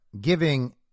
giving